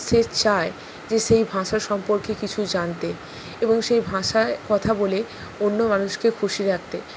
সে চায় যে সেই ভাষা সম্পর্কে কিছু জানতে এবং সেই ভাষায় কথা বলে অন্য মানুষকে খুশি রাখতে